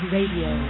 Radio